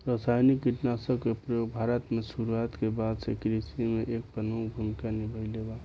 रासायनिक कीटनाशक के प्रयोग भारत में शुरुआत के बाद से कृषि में एक प्रमुख भूमिका निभाइले बा